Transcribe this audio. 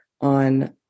on